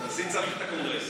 הנשיא צריך את הקונגרס.